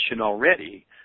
already